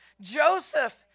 Joseph